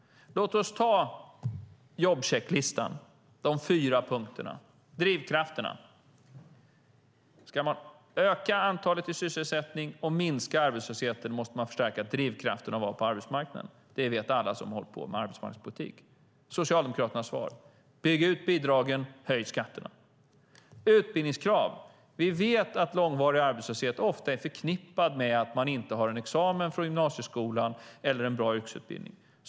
Låt oss ta jobbchecklistan, de fyra punkterna. 1. Drivkrafterna: Ska man öka antalet i sysselsättning och minska arbetslösheten måste man stärka drivkrafterna på arbetsmarknaden. Det vet alla som har hållit på med arbetsmarknadspolitik. Socialdemokraternas svar: Bygg ut bidragen och höj skatterna! 2. Utbildningskrav: Vi vet att långvarig arbetslöshet ofta är förknippad med att man inte har en examen från gymnasieskolan eller en bra yrkesutbildning.